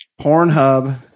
Pornhub